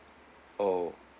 oh